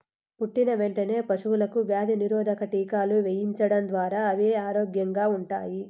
పుట్టిన వెంటనే పశువులకు వ్యాధి నిరోధక టీకాలు వేయించడం ద్వారా అవి ఆరోగ్యంగా ఉంటాయి